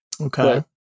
Okay